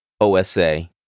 OSA